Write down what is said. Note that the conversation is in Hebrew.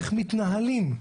איך מתנהלים.